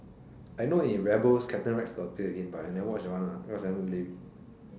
I know in rebels captain Rex got appear again but I never watch that one ah because that one lame